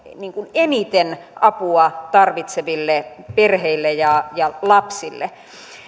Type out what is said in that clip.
eniten apua tarvitseville perheille ja ja lapsille